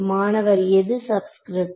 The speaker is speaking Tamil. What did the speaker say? மாணவர் எது சப்ஸ்கிரிப்ட்